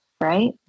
right